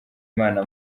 imana